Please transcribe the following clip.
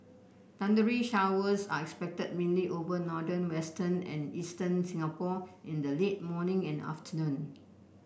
thundery showers are expected mainly over northern western and eastern Singapore in the late morning and afternoon